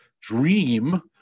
dream